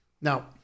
Now